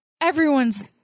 everyone's